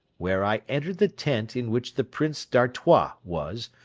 where i entered the tent in which the prince d'artois was,